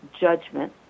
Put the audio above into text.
judgment